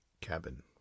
Cabin